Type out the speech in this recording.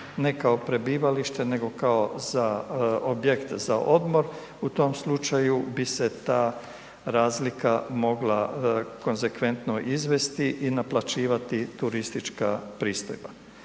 ne kao prebivalište nego kao za objekt za odmor, u tom slučaju bi se ta razlika mogla konsekventno izvesti i naplaćivati turistička pristojba.